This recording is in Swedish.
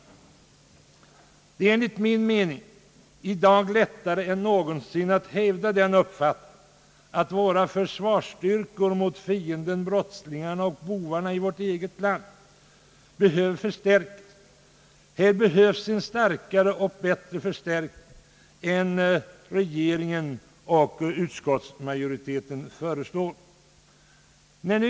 Det är enligt min mening i dag lät tare än någonsin att hävda uppfattningen att resurserna att ingripa mot brottslingarna, fienden i vårt eget land, behöver förstärkas. Det behövs en kraftigare förstärkning på detta område än vad regeringen och utskottsmajoriteten föreslår.